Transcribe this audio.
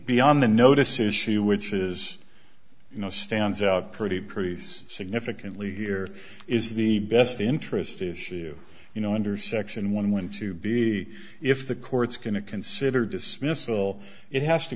beyond the notice issue which is you know stands out pretty precise significantly here is the best interest is shu you know under section one when to be if the court's going to consider dismissal it has to